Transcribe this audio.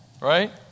Right